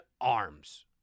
arms